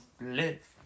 live